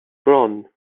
bron